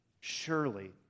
surely